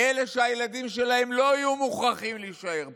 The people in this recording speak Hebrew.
אלה שהילדים שלהם לא יהיו מוכרחים להישאר פה,